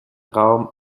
raum